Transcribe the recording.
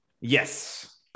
Yes